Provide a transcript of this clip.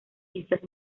islas